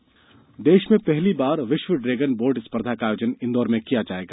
विश्व dragon boat स्पर्घा देश में पहली बार विश्व ड्रेगन बोट स्पर्धा का आयोजन इंदौर में किया जाएगा